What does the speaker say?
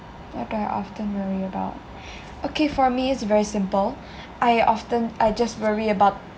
what do I often worry about okay for me it's very simple I often I just worry about